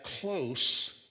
close